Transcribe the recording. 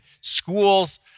schools